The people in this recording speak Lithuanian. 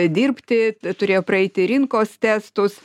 dirbti turėjo praeiti rinkos testus